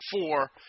four